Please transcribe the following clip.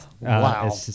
Wow